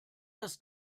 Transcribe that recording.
das